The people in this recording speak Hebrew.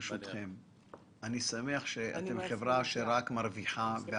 אני שמח שאתם חברה שרק מרוויחה,